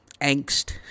angst